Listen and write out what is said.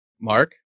Mark